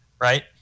right